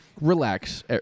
relax